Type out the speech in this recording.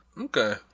okay